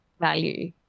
value